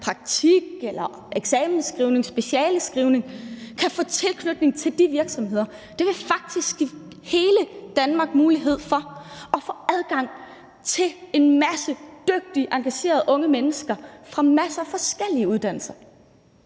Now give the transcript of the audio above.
praktik eller eksamensskrivning, specialeskrivning kan få tilknytning til de virksomheder? Det vil faktisk give hele Danmark mulighed for at få adgang til en masse dygtige og engagerede unge mennesker fra masser af forskellige uddannelser